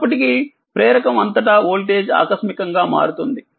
అయినప్పటికీప్రేరకఅంతటా వోల్టేజ్ఆకస్మికంగా మారుతుంది